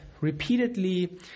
repeatedly